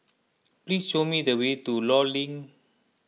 please show me the way to Law Link